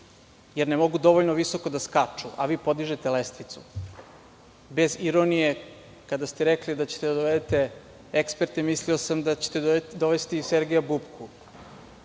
jer ne mogu dovoljno visoko da skaču, a vi podižete lestvicu. Bez ironije, kada ste rekli da ćete da dovedete eksperte, mislio sam da ćete dovesti Sergeja Bupku